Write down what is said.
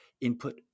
input